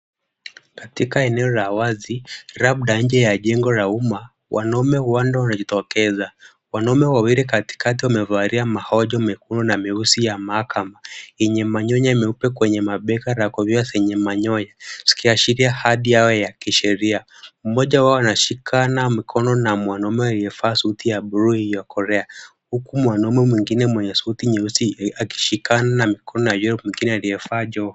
Katika eneo la wazi, labda nje ya eneo la umma wanaume huenda wanajitokeza. Wanaume wawili katikati wamevalia mahojo mekundu na meusi ya mahakama, yennye manyunye meupe kwenye mabega na kofia zenye manyoya, zikiwa zimeashiria hali yao ya kisheria. Mmoja wao anashikana mkono na mwanaume aliyevaa suti ya buluu iliyokolea. Huku mwanaume mwengine mwenye suti nyeusi akishikana mkono na huyo mwingine aliyevaa joho.